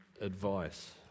advice